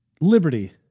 liberty